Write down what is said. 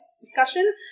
discussion